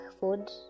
food